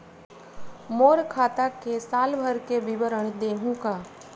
मोर खाता के साल भर के विवरण देहू का?